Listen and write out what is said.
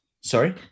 sorry